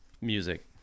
music